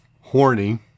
horny